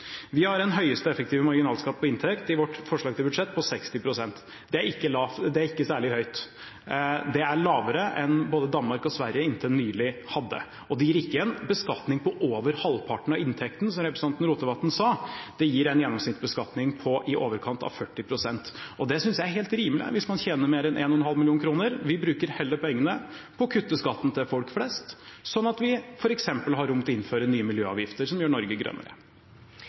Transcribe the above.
gir ikke en beskatning på over halvparten av inntekten, som representanten Rotevatn sa, det gir en gjennomsnittsbeskatning på i overkant av 40 pst. Det synes jeg er helt rimelig hvis man tjener mer enn 1,5 mill. kr. Vi bruker heller pengene på å kutte skatten til folk flest, sånn at vi f.eks. har rom til å innføre nye miljøavgifter, som gjør Norge grønnere.